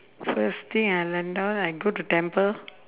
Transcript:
first thing I land down I go to temple